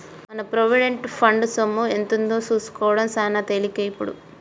మన provident fund సొమ్ము ఎంతుందో సూసుకోడం సాన తేలికే ఇప్పుడు